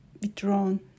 withdrawn